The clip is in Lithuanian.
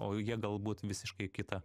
o jie galbūt visiškai kitą